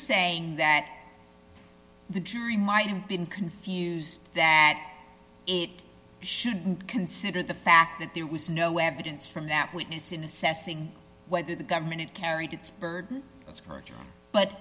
saying that the jury might have been confused that it should consider the fact that there was no evidence from that witness in assessing whether the government it carried its burden that's perjury but